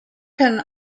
can